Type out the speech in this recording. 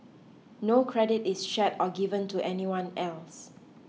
no credit is shared or given to anyone else